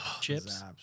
chips